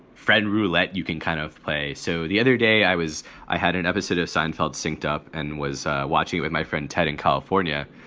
fred roulette. you can kind of play. so the other day, i was i had an episode of seinfeld synched up and was watching it with my friend ted in california.